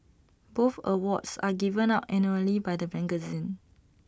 both awards are given out annually by the magazine